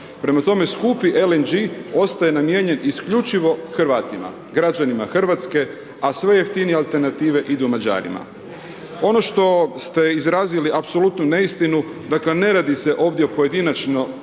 Prema tome, skupi LNG ostaje namijenjen isključivo Hrvatima, građanima RH, a sve jeftinije alternative idu Mađarima. Ono što ste izrazili apsolutnu neistinu, dakle, ne radi se ovdje o pojedinačno